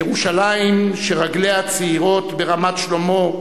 ירושלים שרגליה הצעירות ברמת-שלמה,